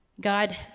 God